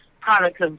products